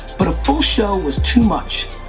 but a full show was too much.